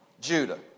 Judah